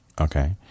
Okay